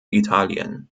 italien